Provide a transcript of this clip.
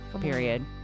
Period